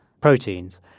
proteins